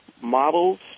models